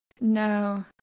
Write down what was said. No